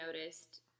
noticed –